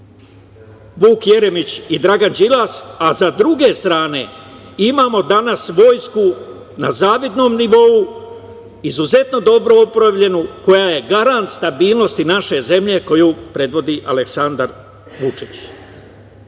Vuk Jeremić i Dragan Đilas, a sa druge strane imamo danas vojsku na zavidnom novu, izuzetno dobro opremljenu koja je garant stabilnosti naše zemlje koju predvodi Aleksandar Vučić.S